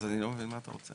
אז אני לא מבין מה אתה רוצה?